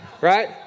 right